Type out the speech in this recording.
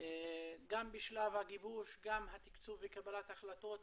גם בשלב הגיבוש וגם התקצוב וקבלת ההחלטות,